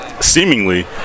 seemingly